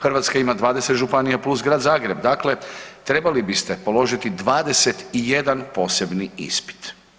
Hrvatska ima 20 županija plus Grad Zagreb, dakle trebali biste položili 21 posebni ispit.